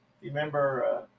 Remember